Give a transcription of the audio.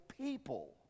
people